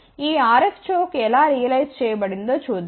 ఈ RF choke ఎలా realise చేయబడిందో చూద్దాం